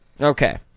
Okay